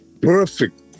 perfect